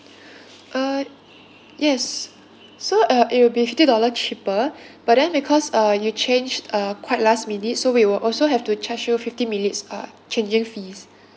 uh yes so uh it will be fifty dollar cheaper but then because uh you change uh quite last minute so we will also have to charge you fifteen minutes uh changing fees